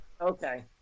Okay